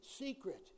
secret